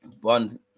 One